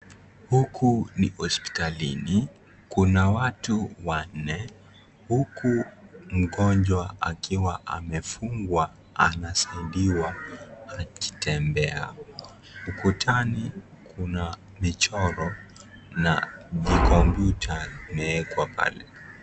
Huku ni hospitalini, kuna watu wanne huku mgonjwa akiwa amefungwa anasaidiwa kutembea. Ukutani kuna michoro na vikompyuta vimeekwa pale.